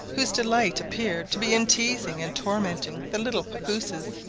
whose delight appeared to be in teazing and tormenting the little papouses,